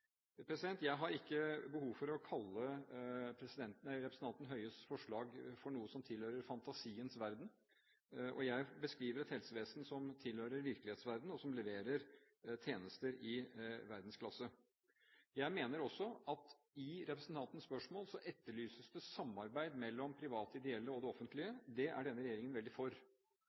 Jeg har ikke behov for å kalle representanten Høies forslag for noe som tilhører fantasiens verden. Jeg beskriver et helsevesen som tilhører virkelighetens verden, og som leverer tjenester i verdensklasse. Jeg mener også at i representantens spørsmål etterlyses det samarbeid mellom de private ideelle og det offentlige. Det er denne regjeringen veldig for.